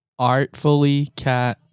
artfullycat